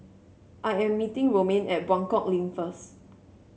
I am meeting Romaine at Buangkok Link first